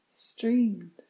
streamed